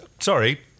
Sorry